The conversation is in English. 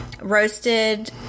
roasted